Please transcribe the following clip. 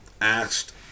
asked